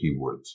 keywords